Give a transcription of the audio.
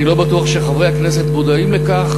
אני לא בטוח שחברי הכנסת מודעים לכך,